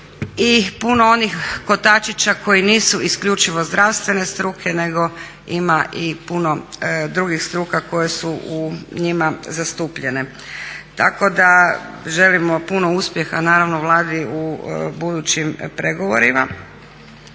i puno onih kotačića koji nisu isključivo zdravstvene struke, nego ima i puno drugih struka koje su u njima zastupljene. Tako da želimo puno uspjeha naravno Vladi u budućim pregovorima.